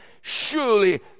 Surely